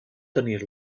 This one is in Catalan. tenir